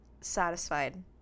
Satisfied